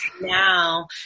now